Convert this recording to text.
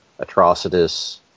Atrocitus